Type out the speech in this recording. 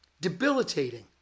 debilitating